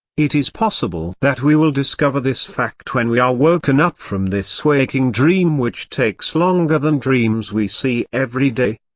it is possible that we will discover this fact when we are woken up from this waking dream which takes longer than dreams we see everyday.